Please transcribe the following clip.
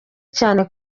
cyane